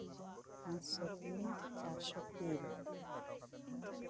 ᱯᱟᱸᱪᱥᱚ ᱛᱤᱱ ᱪᱟᱨᱥᱚ ᱛᱤᱱ